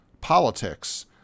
politics